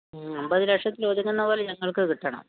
അൻപത് ലക്ഷത്തിലൊതുങ്ങുന്ന പോലെ ഞങ്ങൾക്ക് കിട്ടണം